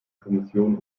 kommission